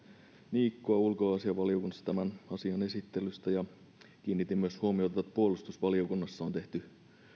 niikkoa ulkoasiainvaliokunnasta tämän asian esittelystä kiinnitin huomiota myös siihen että puolustusvaliokunnassa on tehty